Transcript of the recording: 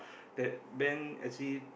that band actually